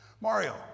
Mario